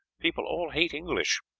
people all hate english.